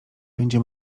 będzie